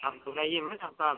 आप घबराइए मत आपका